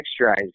texturized